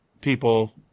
people